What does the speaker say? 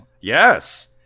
Yes